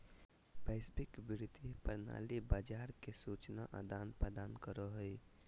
वैश्विक वित्तीय प्रणाली बाजार के सूचना आदान प्रदान करो हय